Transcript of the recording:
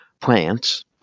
plants